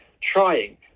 trying